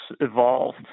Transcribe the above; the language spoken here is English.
evolved